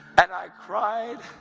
and i cried,